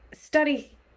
study